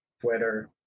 Twitter